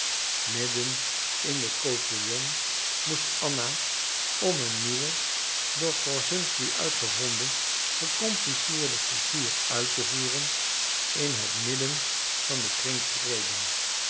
midden in den cotillon moest anna om een nieuwe door korszunsky uitgevonden gecompliceerde figuur uit te voeren in het midden van den kring treden